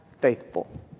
faithful